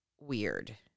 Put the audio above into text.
weird